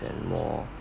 and more